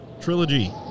trilogy